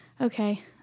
okay